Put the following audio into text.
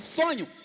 sonho